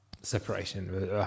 separation